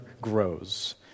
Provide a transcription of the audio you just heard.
grows